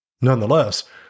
Nonetheless